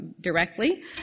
directly